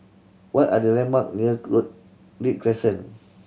what are the landmark near Read Crescent